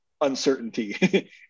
uncertainty